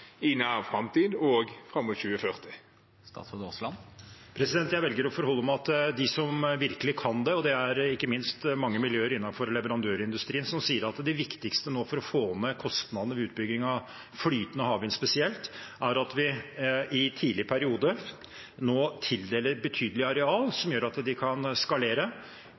framtid og fram mot 2040? Jeg velger å forholde meg til de som virkelig kan det, og det er ikke minst mange miljøer innenfor leverandørindustrien som sier at det viktigste nå for å få ned kostnadene ved utbygging av flytende havvind spesielt er at vi i tidlig periode tildeler betydelig areal som gjør at de kan skalere,